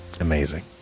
amazing